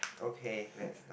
okay let's start